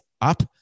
up